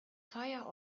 feier